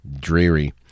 dreary